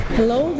Hello